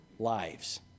lives